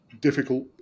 difficult